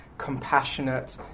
compassionate